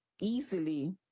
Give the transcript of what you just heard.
easily